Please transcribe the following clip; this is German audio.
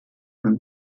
beim